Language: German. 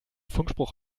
funkspruch